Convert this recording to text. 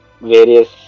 various